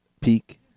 peak